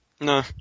No